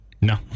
No